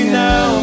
now